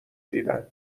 دیدن